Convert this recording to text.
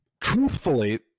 Truthfully